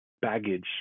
baggage